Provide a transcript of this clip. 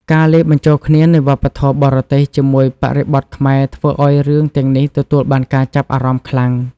ការលាយបញ្ចូលគ្នានៃវប្បធម៌បរទេសជាមួយបរិបទខ្មែរធ្វើឱ្យរឿងទាំងនេះទទួលបានការចាប់អារម្មណ៍ខ្លាំង។